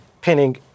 pinning